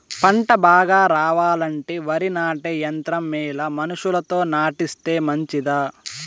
పంట బాగా రావాలంటే వరి నాటే యంత్రం మేలా మనుషులతో నాటిస్తే మంచిదా?